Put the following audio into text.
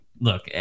look